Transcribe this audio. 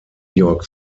york